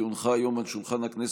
כי הונחה היום על שולחן הכנסת,